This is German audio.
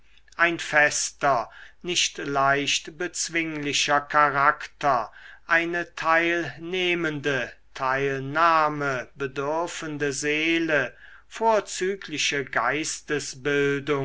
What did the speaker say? ein fester nicht leicht bezwinglicher charakter eine teilnehmende teilnahme bedürfende seele vorzügliche